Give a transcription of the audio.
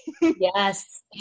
Yes